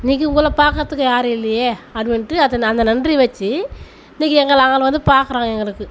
இன்றைக்கு உங்களை பார்க்கறத்துக்கு யாரும் இல்லையே அது வந்துட்டு அது அந்த நன்றி வச்சு இன்றைக்கு எங்களை அவங்கள வந்து பார்க்குறான் எங்களுக்கு